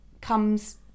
comes